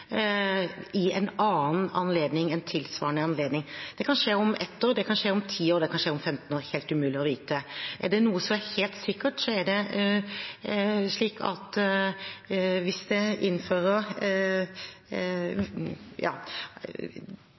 ved en annen tilsvarende anledning. Det kan skje om 1 år, det kan skje om 10 år, det kan skje om 15 år – det er helt umulig å vite. Er det noe som er helt sikkert, er det at